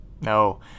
No